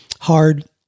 hard